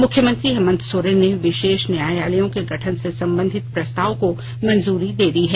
मुख्यमंत्री हेमन्त सोरेन ने विशेष न्यायालयों के गठन से संबंधित प्रस्ताव को मंजूरी दे दी है